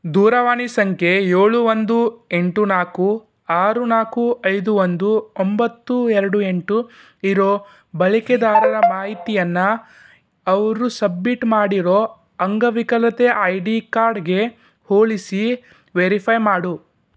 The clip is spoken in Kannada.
ದೂರವಾಣಿ ಸಂಖ್ಯೆ ಏಳು ಒಂದು ಎಂಟು ನಾಲ್ಕು ಆರು ನಾಲ್ಕು ಐದು ಒಂದು ಒಂಬತ್ತು ಎರಡು ಎಂಟು ಇರೋ ಬಳಕೆದಾರರ ಮಾಹಿತಿಯನ್ನು ಅವರು ಸಬ್ಮಿಟ್ ಮಾಡಿರೋ ಅಂಗವಿಕಲತೆ ಐ ಡಿ ಕಾರ್ಡ್ಗೆ ಹೋಲಿಸಿ ವೆರಿಫೈ ಮಾಡು